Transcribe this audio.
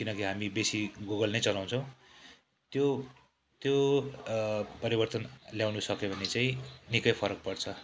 किनकि हामी बेसी गुगल नै चलाउँछौँ त्यो त्यो परिवर्तन ल्याउनु सक्यो भने चाहिँ निकै फरक पर्छ